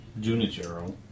Junichiro